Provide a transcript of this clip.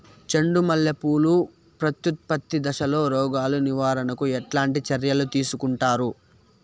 చెండు మల్లె పూలు ప్రత్యుత్పత్తి దశలో రోగాలు నివారణకు ఎట్లాంటి చర్యలు తీసుకుంటారు?